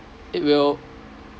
it will